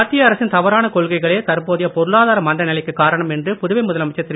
மத்திய அரசின் தவறான கொள்கைகளே தற்போதைய பொருளாதார மந்த நிலைக்குக் காரணம் என்று புதுவை முதலமைச்சர் திரு